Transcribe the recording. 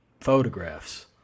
photographs